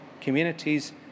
communities